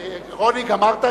רוני, גמרת את העניינים?